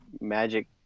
magic